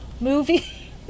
movie